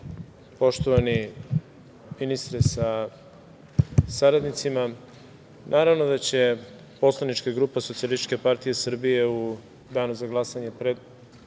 poštovani ministre sa saradnicima, naravno da će poslanička grupa Socijalističke partije Srbije u danu za glasanje podržati